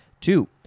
Two